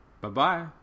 Bye-bye